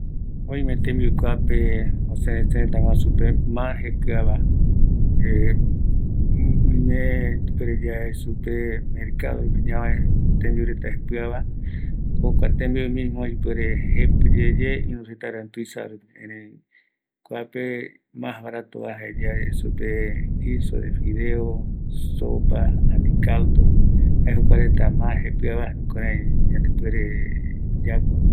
Kuape se aja akaru opa ara rupi, oime uru hornope oyiva, majasito, jare saise. Kua reta jepi mokoi. Mboapi dolarespe, erei Bolivianope, jaeko payandepo pandepo, ani mokoipa